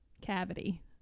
cavity